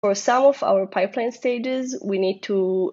For some of our pipeline stages, we need to...